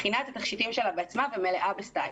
מכינה את התכשיטים שלה בעצמה ומלאה בסטייל.